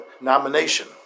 nomination